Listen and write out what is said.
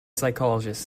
psychologist